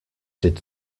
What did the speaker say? did